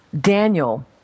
Daniel